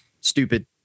stupid